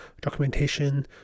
documentation